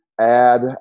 Add